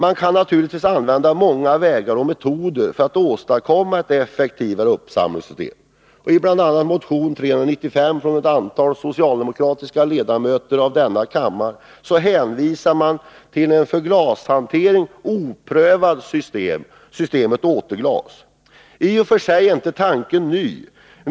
Man kan naturligtvis använda många vägar och metoder för att åstadkomma ett effektivare uppsamlingssystem. I bl.a. motion 395 från ett antal socialdemokratiska ledamöter av denna kammare hänvisar man till en för glashantering oprövad metod, systemet återglas. I och för sig är inte tanken ny.